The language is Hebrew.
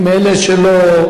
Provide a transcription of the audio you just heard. אני מאלה שלא,